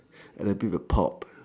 and abit of a pop